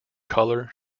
color